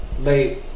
late